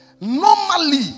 normally